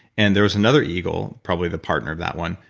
and there was another eagle, probably the partner of that one.